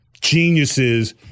geniuses